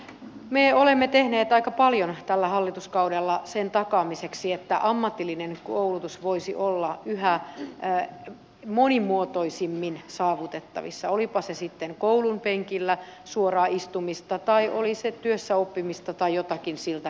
me olemme tehneet aika paljon tällä hallituskaudella sen takaamiseksi että ammatillinen koulutus voisi olla yhä monimuotoisemmin saavutettavissa olipa se sitten koulun penkillä suoraan istumista tai olisi se työssä oppimista tai jotakin siltä väliltä